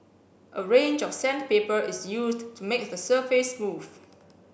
a range of sandpaper is used to make the surface smooth